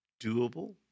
doable